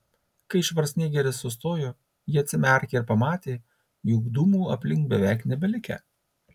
kai švarcnegeris sustojo ji atsimerkė ir pamatė jog dūmų aplinkui beveik nebelikę